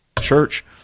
Church